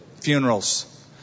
Funerals